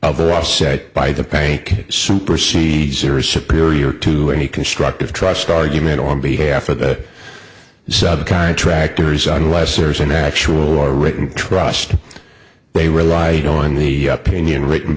the offset by the break supersedes are superior to any constructive trust argument on behalf of the sub contractors unless there's an actual or written trust they relied on the opinion written